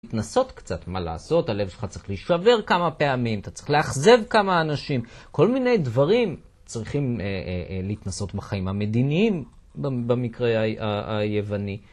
להתנסות קצת, מה לעשות, הלב שלך צריך להישבר כמה פעמים, אתה צריך לאכזב כמה אנשים, כל מיני דברים צריכים להתנסות בחיים המדיניים במקרה היווני.